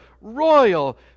royal